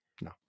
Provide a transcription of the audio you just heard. No